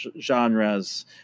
genres